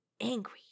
angry